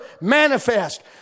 manifest